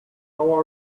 how